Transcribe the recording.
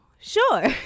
Sure